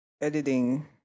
Editing